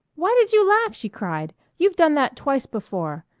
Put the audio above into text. why did you laugh? she cried, you've done that twice before.